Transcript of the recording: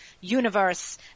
universe